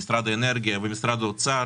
משרד האנרגיה, משרד האוצר